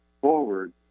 forward